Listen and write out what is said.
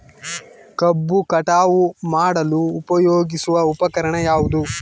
ಕಬ್ಬು ಕಟಾವು ಮಾಡಲು ಉಪಯೋಗಿಸುವ ಉಪಕರಣ ಯಾವುದು?